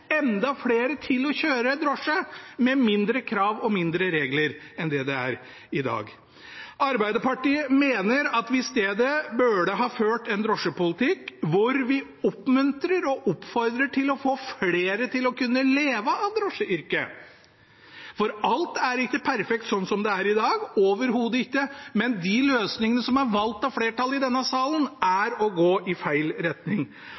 enda flere til å kjøre drosje, med færre krav og regler enn det er i dag. Arbeiderpartiet mener at vi i stedet burde ha ført en drosjepolitikk hvor vi oppmuntrer og oppfordrer til å få flere til å kunne leve av drosjeyrket, for alt er ikke perfekt sånn som det er i dag – overhodet ikke – men de løsningene som er valgt av flertallet i denne salen, er å gå i feil retning.